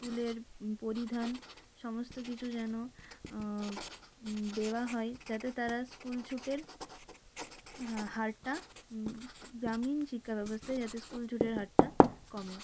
স্কুলের পরিধান সমস্ত কিছু যেন দেওয়া হয় যাতে তারা স্কুলছুটের হারটা গ্রামীণ শিক্ষাব্যবস্থায় যাতে স্কুলছুটের হারটা কমে